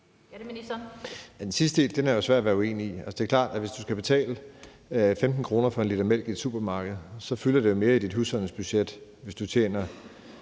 Den sidste del er jo svær at være uenig i. Det er klart, at hvis du skal betale 15 kr. for 1 l mælk i et supermarked, fylder det jo mere i dit husholdningsbudget, hvis du tjener